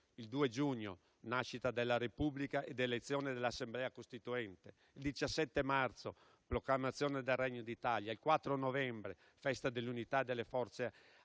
il 2 giugno, nascita della Repubblica ed elezione dell'Assemblea costituente; il 17 marzo, proclamazione del Regno d'Italia; il 4 novembre, Festa dell'unità delle Forze